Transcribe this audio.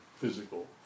physical